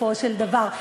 בסופו של דבר.